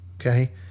okay